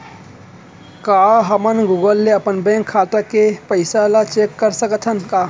का हमन गूगल ले अपन बैंक खाता के पइसा ला चेक कर सकथन का?